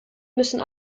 müssen